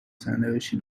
سرنوشتی